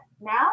now